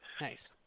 nice